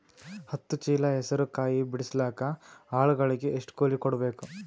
ಹತ್ತು ಚೀಲ ಹೆಸರು ಕಾಯಿ ಬಿಡಸಲಿಕ ಆಳಗಳಿಗೆ ಎಷ್ಟು ಕೂಲಿ ಕೊಡಬೇಕು?